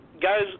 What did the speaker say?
guys